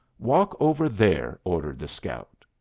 walk over there, ordered the scout.